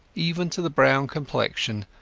even to the brown complexion,